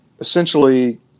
essentially